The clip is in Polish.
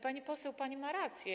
Pani poseł, pani ma rację.